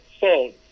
phone